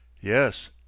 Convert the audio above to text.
Yes